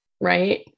right